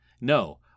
No